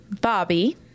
Bobby